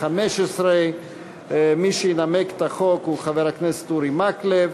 התשע"ה 2015. מי שינמק את החוק הוא חבר הכנסת אורי מקלב,